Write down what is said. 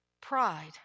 Pride